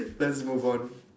let's move on